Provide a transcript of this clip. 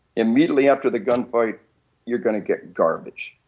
immediately after the gun fight you are going get garbage.